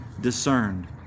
discerned